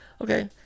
Okay